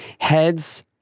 heads